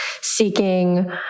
seeking